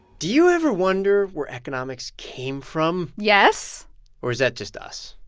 do you ever wonder where economics came from? yes or is that just us?